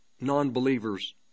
non-believers